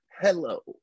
Hello